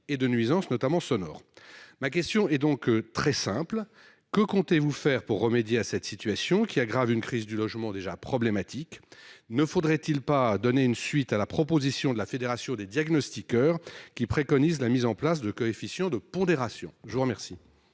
et de nuisances notamment sonores ... Ma question est très simple : que comptez-vous faire pour remédier à cette situation qui aggrave une crise du logement déjà problématique ? Ne faudrait-il pas donner suite à la proposition de la fédération des diagnostiqueurs, qui préconise la mise en place de coefficients de pondération ? La parole